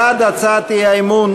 בעד הצעת האי-אמון,